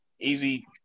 easy